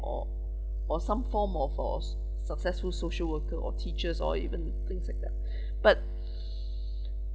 or or some form of successful social worker or teachers or even things like that but